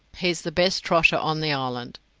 he's the best trotter on the island,